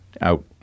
out